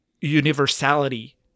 universality